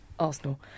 arsenal